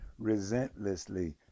resentlessly